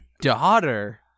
daughter